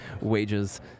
wages